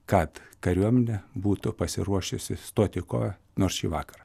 kad kariuomenė būtų pasiruošusi stoti į kovą nors šįvakar